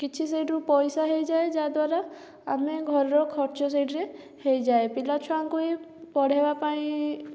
କିଛି ସେଇଠୁ ପଇସା ହୋଇଯାଏ ଯାଦ୍ଵାରା ଆମେ ଘରର ଖର୍ଚ୍ଚ ସେଥିରେ ହୋଇଯାଏ ପିଲା ଛୁଆଙ୍କୁ ହିଁ ପଢ଼ାଇବା ପାଇଁ